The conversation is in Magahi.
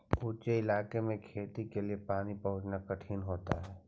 ऊँचे इलाके में खेती के लिए पानी पहुँचाना कठिन होता है